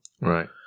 Right